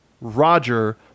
Roger